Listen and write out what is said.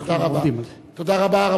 אנחנו, תודה רבה.